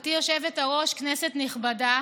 גברתי היושבת-ראש, כנסת נכבדה,